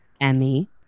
Emmy